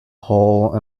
hole